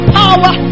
power